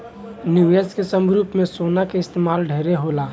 निवेश के रूप में सोना के इस्तमाल ढेरे होला